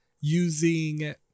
using